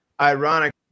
Ironically